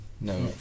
No